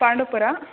Pandavapura